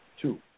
Two